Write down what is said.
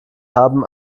haben